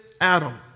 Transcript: Adam